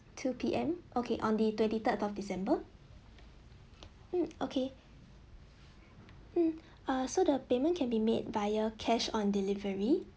two P_M okay on the twenty third of december mm okay mm uh so the payment can be made via cash on delivery